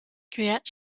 kiryat